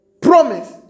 promise